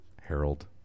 Harold